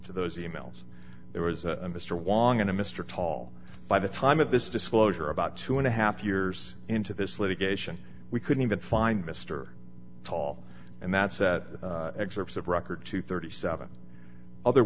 to those e mails there was a mr wong and a mr tall by the time of this disclosure about two and a half years into this litigation we couldn't even find mr tall and that's that excerpts of record to thirty seven other